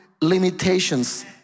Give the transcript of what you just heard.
limitations